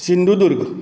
Sindhudurg